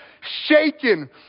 shaken